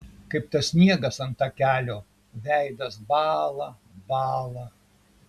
kaip tas sniegas ant takelio veidas bąla bąla